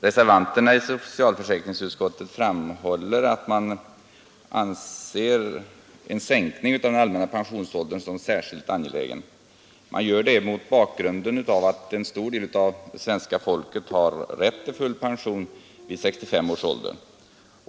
Reservanterna i socialförsäkringsutskottet framhåller att man anser en sänkning av den allmänna pensionsåldern som särskilt angelägen. Man gör detta mot bakgrund av att en stor del av svenska folket har rätt till full pension vid 65 års ålder.